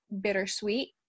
bittersweet